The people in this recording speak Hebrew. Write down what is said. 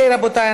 רבותי,